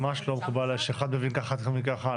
ממש לא מקובל עלי שאחד מבין ככה ואחד מבין ככה.